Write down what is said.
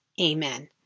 Amen